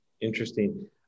Interesting